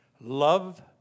love